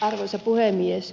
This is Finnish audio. arvoisa puhemies